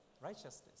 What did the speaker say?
righteousness